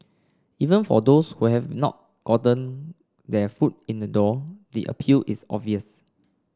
even for those who have not gotten their foot in the door the appeal is obvious